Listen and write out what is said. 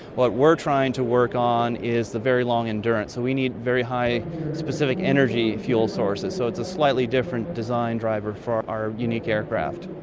what we are trying to work on is the very long endurance, so we need very high specific energy fuel sources, so it's a slightly different design driver for our unique aircraft.